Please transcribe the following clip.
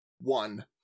One